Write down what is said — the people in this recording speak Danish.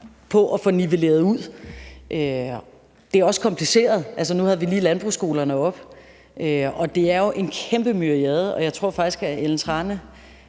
på at få det nivelleret ud. Det er også kompliceret. Nu havde vi lige landbrugsskolerne oppe, og det er jo en kæmpe myriade, og jeg tror faktisk, at Ellen Trane